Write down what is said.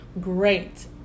great